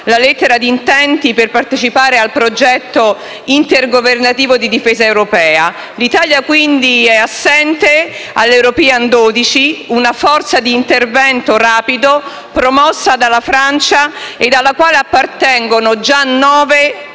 la lettera di intenti per partecipare al progetto intergovernativo di difesa europea. L'Italia quindi è assente all'European intervention iniziative, una forza di intervento rapido promossa dalla Francia ed alla quale appartengono già nove